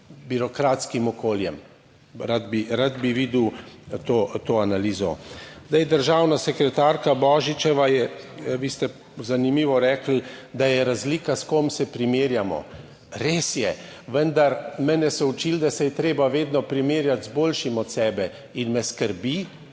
birokratskim okoljem. Rad bi, rad bi videl to analizo. Zdaj državna sekretarka Božičeva je, vi ste zanimivo rekli, da je razlika s kom se primerjamo. Res je, vendar mene so učili, da se je treba vedno primerjati z boljšim od sebe in me skrbi